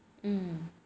hmm